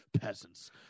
peasants